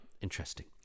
interesting